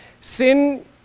Sin